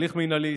הליך מינהלי.